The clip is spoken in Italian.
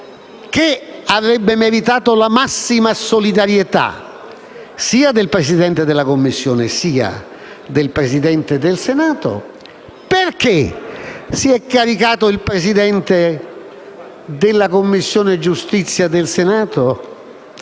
che avrebbe meritato la massima solidarietà sia del Presidente della Commissione sia del Presidente del Senato. E perché il Presidente della Commissione giustizia del Senato